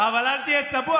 אבל אל תהיה צבוע,